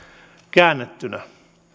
käännettynä